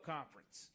Conference